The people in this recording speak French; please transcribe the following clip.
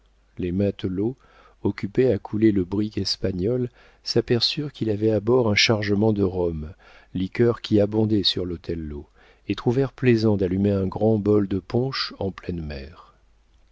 les matelots occupés à couler le brick espagnol s'aperçurent qu'il avait à bord un chargement de rhum liqueur qui abondait sur l'othello et trouvèrent plaisant d'allumer un grand bol de punch en pleine mer